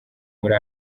muri